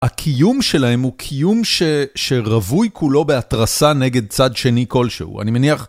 הקיום שלהם הוא קיום שרבוי כולו בהתרסה נגד צד שני כלשהו, אני מניח...